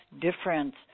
difference